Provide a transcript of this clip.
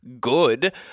good